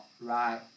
right